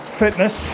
fitness